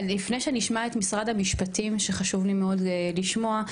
לפני שנשמע את משרד המשפטים שחשוב לי מאוד לשמוע,